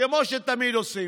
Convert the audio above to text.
כמו שתמיד עושים.